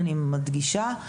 אני מדגישה,